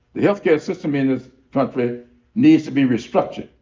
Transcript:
the health care system in this country needs to be restructured.